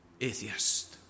atheist